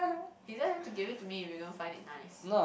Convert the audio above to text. you don't have give it to me if you don't find it nice